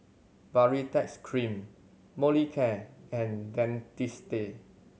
Baritex Cream Molicare and Dentiste